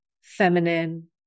feminine